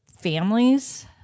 families